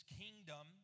kingdom